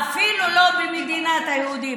אפילו לא במדינת היהודים.